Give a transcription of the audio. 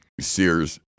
Sears